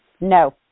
No